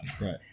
Right